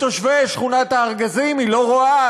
את תושבי שכונת-הארגזים היא לא רואה,